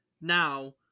Now